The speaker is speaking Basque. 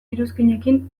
iruzkinekin